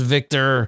Victor